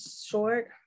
short